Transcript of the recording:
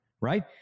right